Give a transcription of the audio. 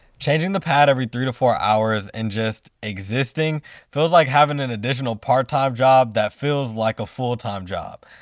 changing the pad every three to four hours and just existing feels like having an additional part-time job that feels like a full-time job.